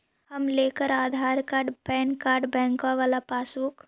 हम लेकर Aadhaar card PAN card बैंकवा वाला पासबुक?